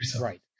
right